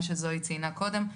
מה שזואי ציינה קודם,